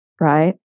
right